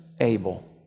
able